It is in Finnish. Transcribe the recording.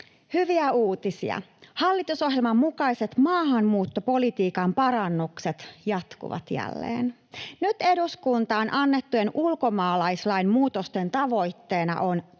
Hyviä uutisia: hallitusohjelman mukaiset maahanmuuttopolitiikan parannukset jatkuvat jälleen. Nyt eduskuntaan annettujen ulkomaalaislain muutosten tavoitteena on